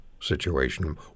situation